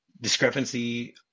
discrepancy